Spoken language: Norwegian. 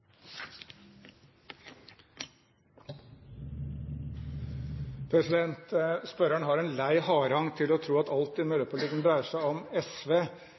Spørreren har en lei hang til å tro at alt i miljøpolitikken dreier seg om SV,